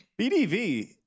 BDV